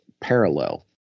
parallel